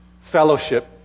Fellowship